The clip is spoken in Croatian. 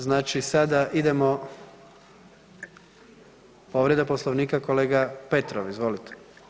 Znači sada idemo, povreda Poslovnika kolega Petrov, izvolite.